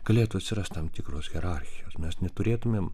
galėtų atsirast tam tikros hierarchijos mes neturėtumėm